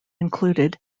included